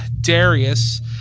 Darius